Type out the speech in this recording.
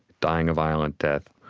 dying a violent death.